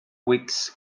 weeks